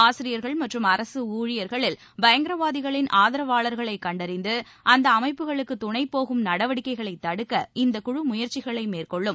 ஆசிரியர்கள் மற்றும் அரசு ஊழியர்களில் பயங்கரவாதிகளின் ஆதரவாளர்களை கண்டறிந்து அந்த அமைப்புகளுக்கு துணைபோகும் நடவடிக்கைகளை தடுக்க இந்த குழு முயற்சிகளை மேற்கொள்ளும்